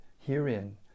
herein